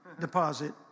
deposit